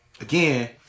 again